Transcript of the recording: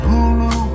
Hulu